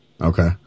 Okay